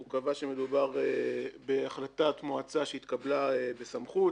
הוא קבע שמדובר בהחלטת מועצה שהתקבלה בסמכות,